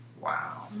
Wow